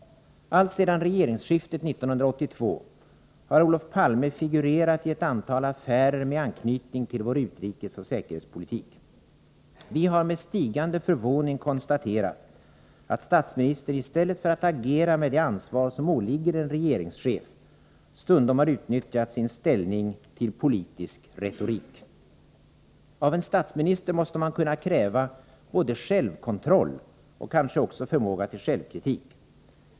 Alltsedan regeringsskiftet 1982 har Olof Palme figurerat i ett antal ”affärer” med anknytning til vår utrikesoch säkerhetspolitik. Vi har med stigande förvåning konstaterat, att statsministern i stället för att agera med det ansvar som åligger en regeringschef stundom har utnyttjat sin ställning till politisk retorik. Av en statsminister måste man kunna kräva självkontroll och kanske också förmåga till självkritik.